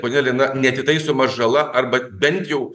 ponia lina neatitaisoma žala arba bent jau